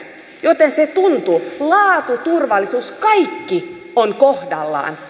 joten se tuntuu laatu turvallisuus kaikki on kohdallaan